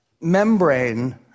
membrane